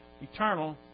eternal